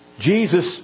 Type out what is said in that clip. Jesus